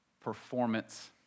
performance